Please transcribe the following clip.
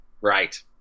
Right